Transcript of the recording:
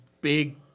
big